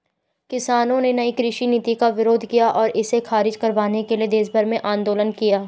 किसानों ने नयी कृषि नीति का विरोध किया और इसे ख़ारिज करवाने के लिए देशभर में आन्दोलन किया